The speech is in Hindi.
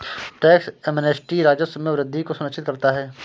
टैक्स एमनेस्टी राजस्व में वृद्धि को सुनिश्चित करता है